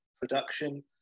production